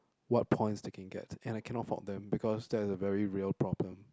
what points they can get and I cannot fault them because that's a very real problem